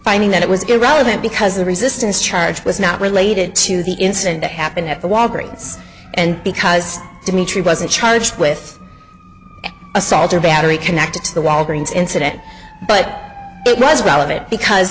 finding that it was a relevant because the resistance charge was not related to the incident that happened at the walgreens and because dimitri wasn't charged with assault or battery connected to the walgreens incident but it was about it because